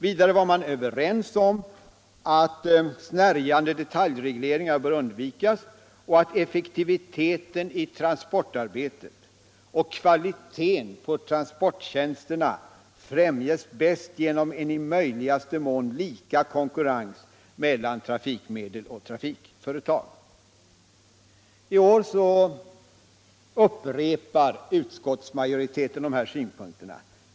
Vidare var man överens om att snärjande detaljregleringar bör undvikas och att effektiviteten i transportarbetet och kvaliteten på transporttjänsterna bäst främjas genom en i möjligaste mån lika konkurrens mellan trafikmedel och trafikföretag. I år upprepar utskottsmajoriteten dessa synpunkter.